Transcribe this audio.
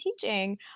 teaching